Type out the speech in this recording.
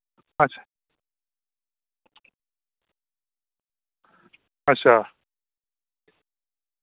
अच्छा अच्छा